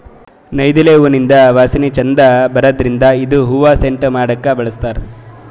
ನೈದಿಲೆ ಹೂವಿಂದ್ ವಾಸನಿ ಛಂದ್ ಬರದ್ರಿನ್ದ್ ಇದು ಹೂವಾ ಸೆಂಟ್ ಮಾಡಕ್ಕ್ ಬಳಸ್ತಾರ್